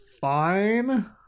fine